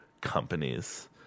companies